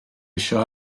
eisiau